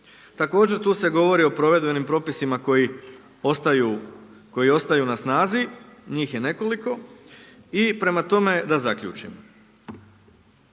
Također tu se govori o provedbenim propisima koji ostaju na snazi, njih je nekoliko i prema tome da zaključim.